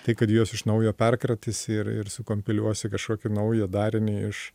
tai kad juos iš naujo perkratysi ir ir sukompiliuosi kažkokį naują darinį iš